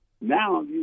Now